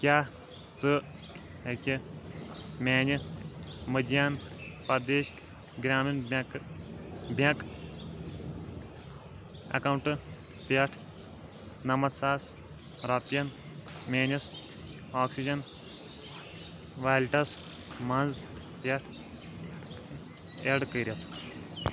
کیٛاہ ژٕ ہٮ۪کہِ میانہِ مٔدھیان پرٛدیش گرٛامیٖن بینکہٕ بیٚنٛک اکاونٹہٕ پٮ۪ٹھ نَمَتھ ساس رۄپین میٲنِس آکسجن ویلیٹَس منٛز پٮ۪ٹھ ایڈ کٔرِتھ؟